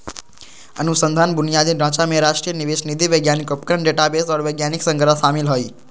अनुसंधान बुनियादी ढांचा में राष्ट्रीय निवेश निधि वैज्ञानिक उपकरण डेटाबेस आर वैज्ञानिक संग्रह शामिल हइ